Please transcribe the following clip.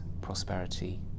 prosperity